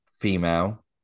female